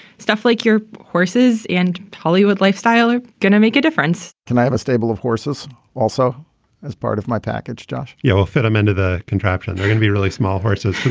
stuff like your horses and hollywood lifestyle are going to make a difference can i have a stable of horses also as part of my package? josh, you know, ah fit him into the contraption. they're gonna be really small horses.